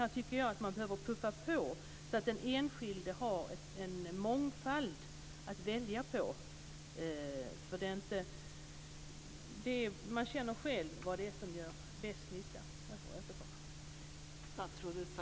Här tycker jag att man behöver puffa på så att den enskilde har en mångfald att välja bland, för den enskilde känner själv vad som gör bäst nytta.